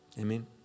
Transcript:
Amen